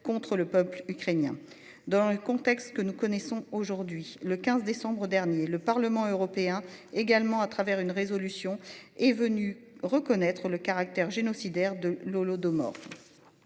contre le peuple ukrainien dans le contexte que nous connaissons aujourd'hui. Le 15 décembre dernier, le Parlement européen également à travers une résolution est venu reconnaître le caractère génocidaire de l'Holodomor.